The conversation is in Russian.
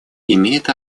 имеет